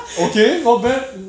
okay not bad